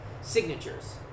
signatures